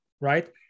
right